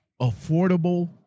Affordable